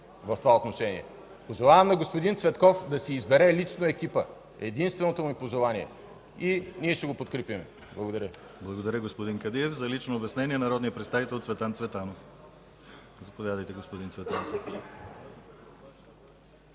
в това отношение. Пожелавам на господин Цветков да си избере лично екипа – единственото ми пожелание, и ние ще го подкрепим. Благодаря. ПРЕДСЕДАТЕЛ ДИМИТЪР ГЛАВЧЕВ: Благодаря Ви, господин Кадиев. За лично обяснение – народният представител Цветан Цветанов. Заповядайте, господин Цветанов.